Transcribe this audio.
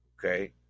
Okay